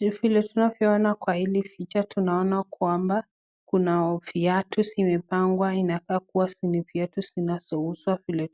Vile tunavyoona kwa hili picha tunaona kwamba, kuna viatu zimepangwa inakaa kuwa ni viatu zinazouzwa vile